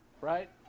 Right